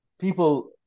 people